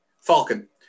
Falcon